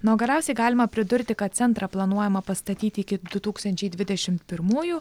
na o galiausiai galima pridurti kad centrą planuojama pastatyti iki du tūkstančiai dvidešimt pirmųjų